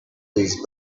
these